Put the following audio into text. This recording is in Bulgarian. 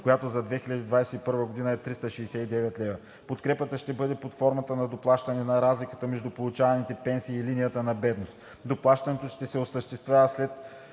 която за 2021 г. е 369 лв.; - Подкрепата ще бъде под формата на доплащане на разликата между получаваните пенсии и линията на бедност; - Доплащането ще се осъществява след